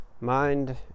mind